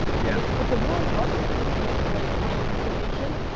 yeah. if the world loves you for for giving away great information,